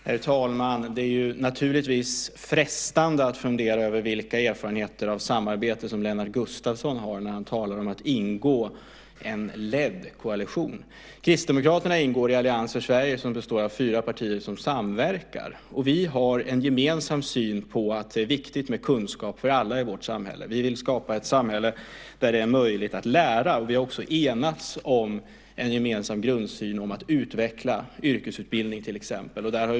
Herr talman! Det är naturligtvis frestande att fundera över vilka erfarenheter av samarbete som Lennart Gustavsson har när han talar om att ingå i en ledd koalition. Kristdemokraterna ingår i Allians för Sverige som består av fyra partier som samverkar. Vi har en gemensam syn på att det är viktigt med kunskap för alla i vårt samhälle. Vi vill skapa ett samhälle där det är möjligt att lära. Vi har också enats om en gemensam grundsyn om att utveckla yrkesutbildning till exempel.